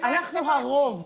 אנחנו הרוב.